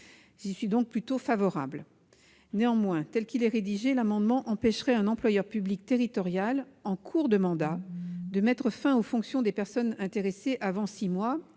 J'y suis donc plutôt favorable. Néanmoins, ainsi rédigé, un tel dispositif empêcherait un employeur public territorial en cours de mandat de mettre fin aux fonctions des personnes intéressées avant six mois,